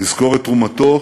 נזכור את תרומתו,